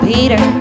Peter